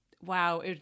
wow